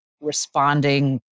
responding